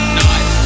night